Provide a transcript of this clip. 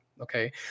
Okay